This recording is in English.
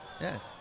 Yes